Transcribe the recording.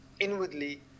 inwardly